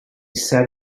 set